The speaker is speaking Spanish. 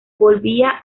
volvía